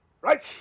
Right